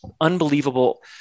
unbelievable